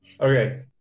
Okay